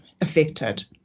affected